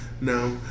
No